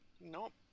Nope